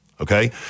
okay